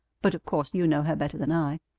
but of course you know her better than i.